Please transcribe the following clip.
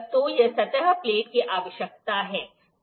तो यह सतह प्लेट की आवश्यकता है